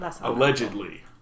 allegedly